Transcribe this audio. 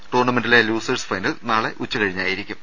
ടൂർണമെന്റിലെ losers final നാളെ ഉച്ചകഴിഞ്ഞായിരിക്കും